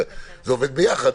זה עובד ביחד,